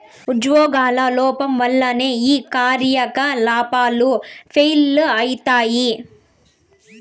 ఉజ్యోగుల లోపం వల్లనే ఈ కార్యకలాపాలు ఫెయిల్ అయితయి